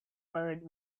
parade